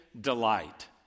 delight